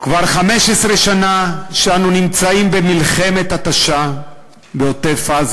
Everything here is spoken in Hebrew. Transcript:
כבר 15 שנה אנו נמצאים במלחמת התשה בעוטף-עזה,